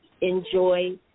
enjoy